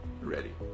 ready